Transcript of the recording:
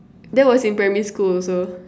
that was in primary school also